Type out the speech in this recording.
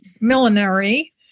millinery